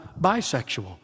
bisexual